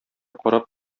карап